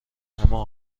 اما